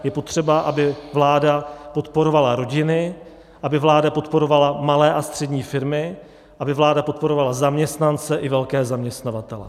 Je potřeba, aby vláda podporovala rodiny, aby vláda podporovala malé a střední firmy, aby vláda podporovala zaměstnance i velké zaměstnavatele.